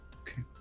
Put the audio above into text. Okay